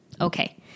Okay